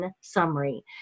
summary